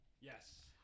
Yes